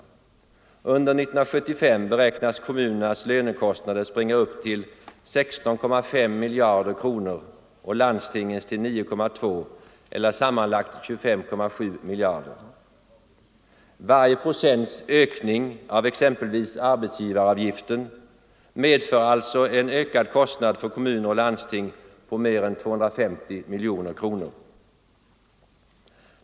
Under 1975 beräknas kommunernas lönekostnader springa upp till 16,5 miljarder kronor och landstingens till 9,2 eller sammanlagt 25,7 miljarder. Varje procents ökning av exempelvis arbetsgivaravgiften medför alltså en ökad kostnad för kommuner och landsting på mer än 250 miljoner kronor.